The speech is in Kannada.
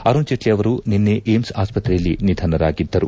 ಅರುಣ್ ಜೇಟ್ಲಿ ಅವರು ನಿನ್ನೆ ಏಮ್ಸ್ ಆಸ್ಪತ್ರೆಯಲ್ಲಿ ನಿಧನರಾಗಿದ್ದರು